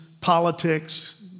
politics